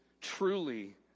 truly